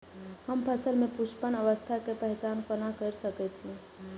हम फसल में पुष्पन अवस्था के पहचान कोना कर सके छी?